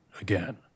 again